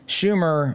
Schumer